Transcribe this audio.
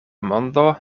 mondo